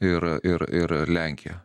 ir ir ir ir lenkija